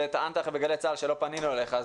וטענת בגלי צה"ל שלא פנינו אליך.